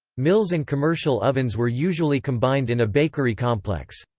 mills and commercial ovens were usually combined in a bakery complex.